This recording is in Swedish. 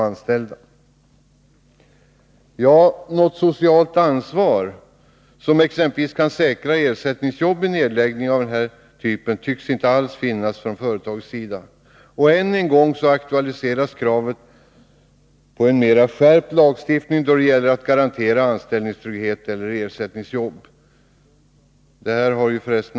Något socialt ansvar från företagets sida, som skulle innebära att man exempelvis kunde säkra ersättningsjobb vid nedläggningar av den här typen, tycks inte alls finnas. Än en gång aktualiseras kravet på en mera skärpt lagstiftning då det gäller att garantera anställningstrygghet eller ersättnings jobb.